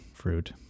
fruit